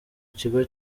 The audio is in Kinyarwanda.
kigo